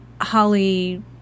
Holly